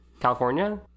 California